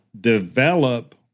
develop